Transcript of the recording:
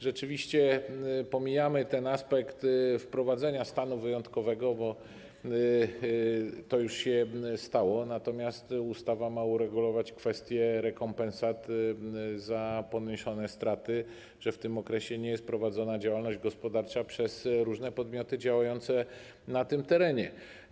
Rzeczywiście pomijamy ten aspekt wprowadzenia stanu wyjątkowego, bo to już się stało, natomiast ustawa ma uregulować kwestie rekompensat za poniesione straty za to, że w tym okresie nie jest prowadzona działalność gospodarcza przez różne podmioty działające na tym terenie.